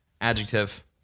Adjective